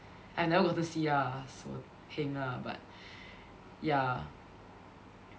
I've never gotten C lah so heng lah but ya